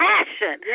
Passion